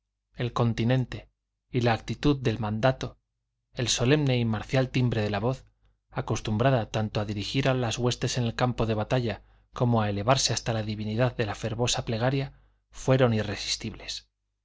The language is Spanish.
el continente y la actitud de mandato el solemne y marcial timbre de la voz acostumbrada tanto a dirigir las huestes en el campo de batalla como a elevarse hasta la divinidad en fervorosa plegaria fueron irresistibles